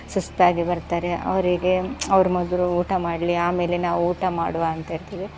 ಸುಸ್ತಾಗಿ ಬರ್ತಾರೆ ಅವರಿಗೆ ಅವ್ರು ಮೊದಲು ಊಟ ಮಾಡಲಿ ಆಮೇಲೆ ನಾವು ಊಟ ಮಾಡುವ ಅಂತ ಇರ್ತದೆ